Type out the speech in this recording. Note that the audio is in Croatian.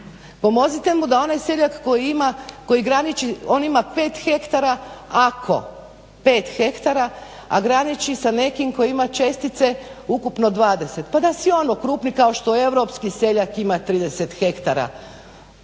pomozite mu da onaj seljak koji graniči on ima 5 hektara ako, a graniči sa nekim tko ima čestice ukupno 20 pa da si on okrupni kao što europski seljak ima 30 hektara.